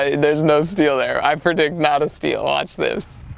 there's no steal there. i predict not a steal, watch this.